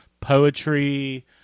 poetry